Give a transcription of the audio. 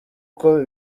uko